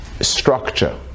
structure